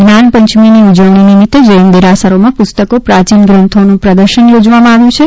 જ્ઞાનપંચમીની ઉજવણી નિમિત્ત જૈન દેરાસરમાં પુસ્તકો પ્રાચીન ગ્રંથોનુ પ્રદર્શન યોજવામાં આવ્યુ છે